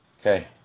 okay